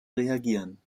reagieren